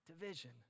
division